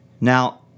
Now